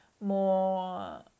more